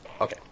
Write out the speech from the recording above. Okay